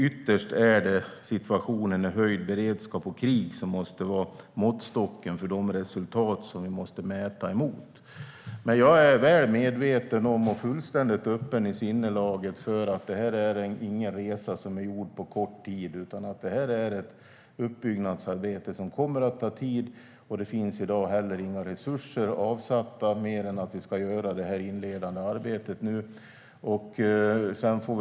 Ytterst är det situationen med höjd beredskap och krig som måste vara måttstocken för de resultat som vi ska mäta mot. Jag är väl medveten om och har ett fullständigt öppet sinne för att det inte är en resa som är gjord på kort tid, utan det är ett uppbyggnadsarbete som kommer att ta tid. Det finns i dag inte heller resurser avsatta mer än till det inledande arbetet, som vi nu ska göra.